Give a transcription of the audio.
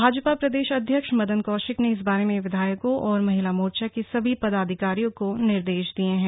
भाजपा प्रदेश अध्यक्ष मदन कौशिक ने इस बारे में विधायकों और महिला मोर्चा के सभी पदाधिकारियों को निर्देश दिए हैं